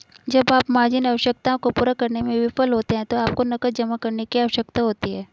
जब आप मार्जिन आवश्यकताओं को पूरा करने में विफल होते हैं तो आपको नकद जमा करने की आवश्यकता होती है